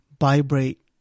vibrate